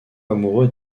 amoureux